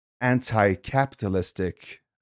anti-capitalistic